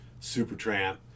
Supertramp